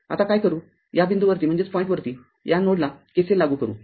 आता काय करू या बिंदूवरती या नोडला KCL लागू करू